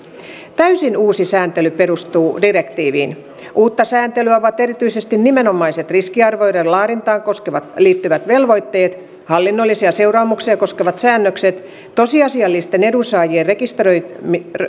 täysin uusi sääntely perustuu direktiiviin uutta sääntelyä ovat erityisesti nimenomaiset riskiarvioiden laadintaan liittyvät velvoitteet hallinnollisia seuraamuksia koskevat säännökset tosiasiallisten edunsaajien rekisteröimiseen